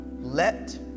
let